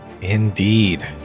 Indeed